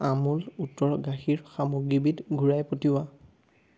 আমুল উটৰ গাখীৰ সামগ্ৰীবিধ ঘূৰাই পঠিওৱা